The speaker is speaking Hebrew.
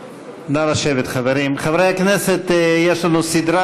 שכה אהבת ולדרך הזאת חינכת, שנמצאים בסכנה